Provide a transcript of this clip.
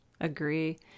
Agree